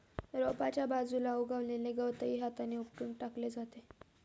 रोपाच्या आजूबाजूला उगवलेले गवतही हाताने उपटून टाकले जाते